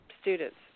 students